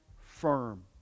firm